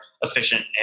efficient